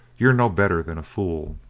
you are no better than a fool.